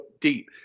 deep